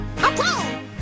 Okay